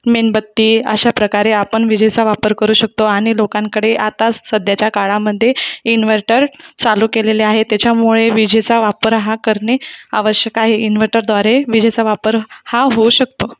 मेणबत्ती अशा प्रकारे आपण विजेचा वापर करू शकतो आणि लोकांकडे आता सध्याच्या काळामध्ये इन्व्हर्टर चालू केलेले आहे त्याच्यामुळे विजेचा वापर हा करणे आवश्यक आहे इन्व्हर्टरद्वारे विजेचा वापर हा होऊ शकतो